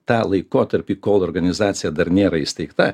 tą laikotarpį kol organizacija dar nėra įsteigta